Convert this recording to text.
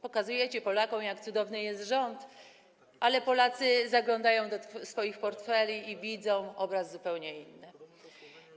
Pokazujecie Polakom, jak cudowny jest rząd, ale Polacy zaglądają do swoich portfeli i widzą zupełnie inny obraz.